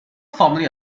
formally